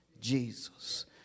Jesus